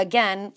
Again